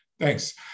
Thanks